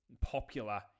popular